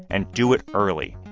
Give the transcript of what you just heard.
and do it early.